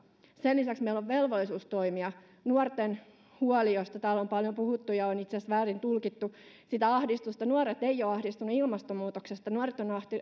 sen lisäksi meillä on velvollisuus toimia nuorten huolta josta täällä on paljon puhuttu ja sitä ahdistusta on itse asiassa väärin tulkittu nuoret eivät ole ahdistuneet ilmastonmuutoksesta nuoret ovat